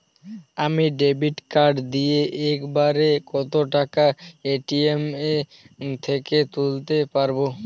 আমি debit card দিয়ে এক বারে কত টাকা এ.টি.এম থেকে তুলতে পারবো?